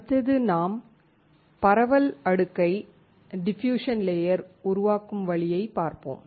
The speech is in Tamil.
அடுத்தது நாம் பரவல் அடுக்கை உருவாக்கும் வழியை பார்ப்போம்